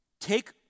take